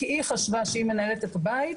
כי היא חשבה שהיא מנהלת את הבית,